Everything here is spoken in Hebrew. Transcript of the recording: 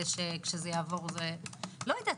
לא יודעת,